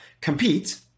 compete